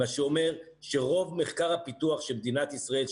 מה שאומר שרוב המחקר והפיתוח של מדינת ישראל,